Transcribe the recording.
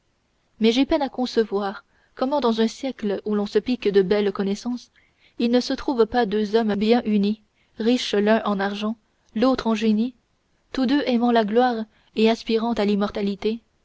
mais j'ai peine à concevoir comment dans un siècle où l'on se pique de belles connaissances il ne se trouve pas deux hommes bien unis riches l'un en argent l'autre en génie tous deux aimant la gloire et aspirant à l'immortalité